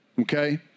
Okay